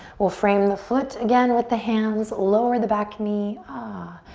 we'll frame the foot again with the hands, lower the back knee, ahh,